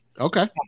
Okay